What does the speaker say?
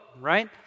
right